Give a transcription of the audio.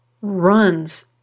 runs